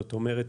זאת אומרת,